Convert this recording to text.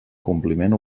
compliment